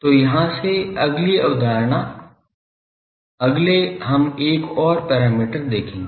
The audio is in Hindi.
तो यहाँ से अगली अवधारणा अगले हम एक और पैरामीटर देखेंगे